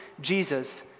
Jesus